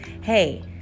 hey